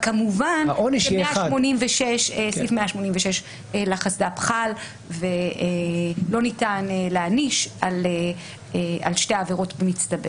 כמובן שסעיף 186 לחסד"פ חל ולא ניתן להעניש על שתי עבירות במצטבר.